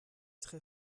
très